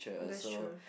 that's true